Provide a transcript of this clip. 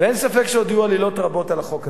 ואין ספק שעוד יהיו עלילות רבות על החוק הזה.